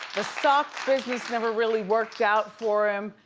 the soft business never really worked out for him,